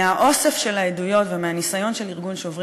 מהאוסף של העדויות ומהניסיון של ארגון "שוברים